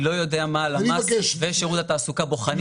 אני לא יודע מה הלמ"ס ושירות התעסוקה בוחנים ביניהם.